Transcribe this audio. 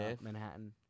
Manhattan